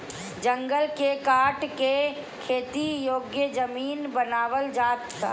जंगल के काट के खेती योग्य जमीन बनावल जाता